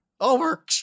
Over